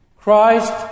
Christ